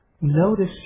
notice